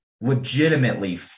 legitimately